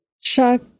Chuck